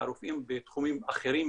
הרופאים בתחומים אחרים,